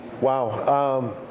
Wow